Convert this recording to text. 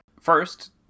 First